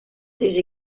des